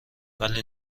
ولی